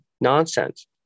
Nonsense